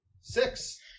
Six